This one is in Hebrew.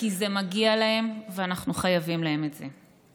כי זה מגיע להם, ואנחנו חייבים להם את זה.